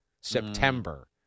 September